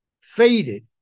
faded